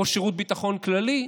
ראש שירות ביטחון כללי?